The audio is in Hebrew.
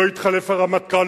לא התחלף הרמטכ"ל,